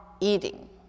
eating